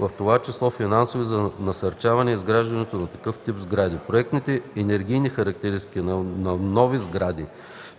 в това число финансови, за насърчаване изграждането на такъв тип сгради. Проектните енергийни характеристики на нова сграда